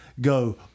go